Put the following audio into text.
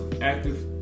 active